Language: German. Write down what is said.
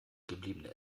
gebliebene